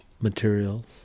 materials